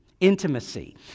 Intimacy